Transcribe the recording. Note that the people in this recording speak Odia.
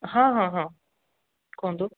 ହଁ ହଁ ହଁ କୁହନ୍ତୁ